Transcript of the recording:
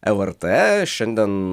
lrt šiandien